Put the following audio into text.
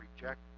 reject